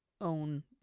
own